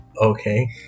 Okay